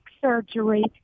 surgery